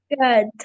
Good